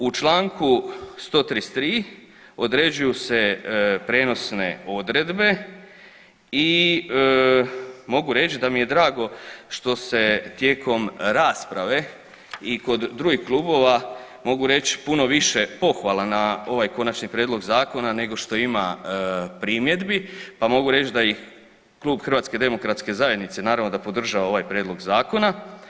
U čl. 133. određuju se prijenosne odredbe i mogu reć da mi je drago što se tijekom rasprave i kod drugih klubova mogu reć puno više pohvala na ovaj konačni prijedlog zakona nego što ima primjedbi, pa mogu reći da ih klub HDZ-a naravno da podržava ovaj prijedlog zakona.